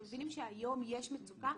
אנחנו מבינים שהיום יש מצוקה.